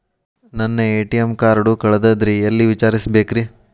ನನ್ನ ATM card ಕಳದದ್ರಿ ಎಲ್ಲಿ ವಿಚಾರಿಸ್ಬೇಕ್ರಿ?